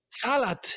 Salad